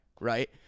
right